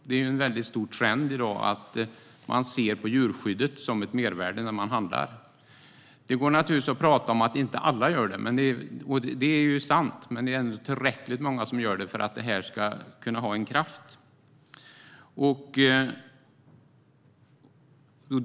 Det är i dag en stor trend att se på djurskyddet som ett mervärde när man handlar. Alla gör det naturligtvis inte, det är sant. Men det är ändå tillräckligt många som bryr sig om djurskyddet för att detta ska ha en kraft.